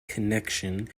connection